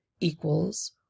equals